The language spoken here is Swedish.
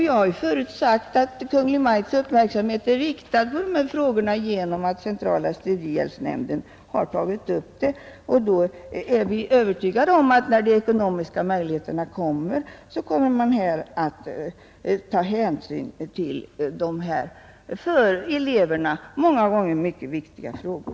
Jag har ju förut sagt att Kungl. Maj:ts uppmärksamhet är riktad på dessa frågor genom att centrala studiehjälpsnämnden har tagit upp dem. Vi är övertygade om att när de ekonomiska möjligheterna finns så kommer man att ta hänsyn till dessa för eleverna många gånger mycket viktiga frågor.